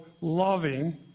loving